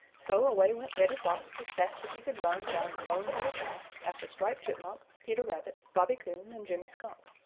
so away went reddy fox as fast as he could run down the lone little path after striped chipmunk, peter rabbit, bobby coon and jimmy skunk.